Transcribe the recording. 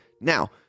Now